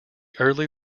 early